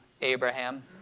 Abraham